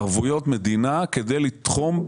ערבויות מדינה כדי לתחום,